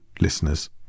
listeners